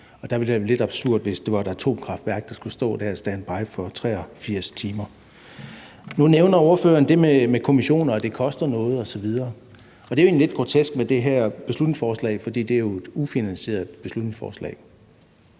Der ville det være lidt absurd, hvis det var et atomkraftværk, der skulle stå der og være på standby for 83 timer. Nu nævner ordføreren det med kommissioner, og at det koster noget osv. Og det er jo egentlig lidt grotesk med det her beslutningsforslag, for det er jo et ufinansieret beslutningsforslag.